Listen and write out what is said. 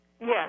Yes